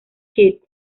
kid